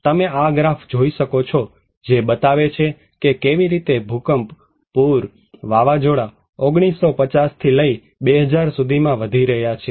તમે આ આલેખ જોઈ શકો છો જે બતાવે છે કે કેવી રીતે ભૂકંપ પુર વાવાઝોડા 1950 થી લઈ 2000 સુધીમા વધી રહ્યા છે